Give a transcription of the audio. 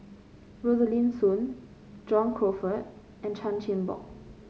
Rosaline Soon John Crawfurd and Chan Chin Bock